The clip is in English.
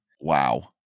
Wow